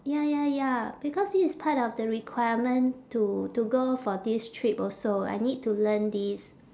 ya ya ya because this is part of the requirement to to go for this trip also I need to learn this